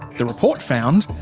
the report found,